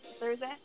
Thursday